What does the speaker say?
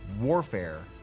warfare